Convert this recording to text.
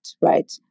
right